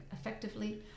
effectively